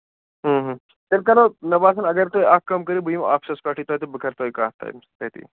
تیٚلہِ کرو مےٚ باسان اَگر تُہۍ اکھ کٲم کٔرِو بہٕ یِمہٕ آفیسَس پٮ۪ٹھٕے تہٕ بہٕ کرٕ تۄہہِ کَتھ تَتہِ تٔتی